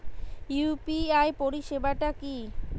UPI পরিসেবাটা কি?